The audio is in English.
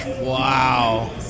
Wow